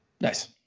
Nice